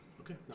Okay